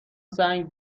سنگ